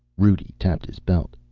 rudi tapped his belt.